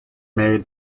made